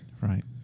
Right